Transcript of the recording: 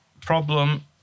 Problem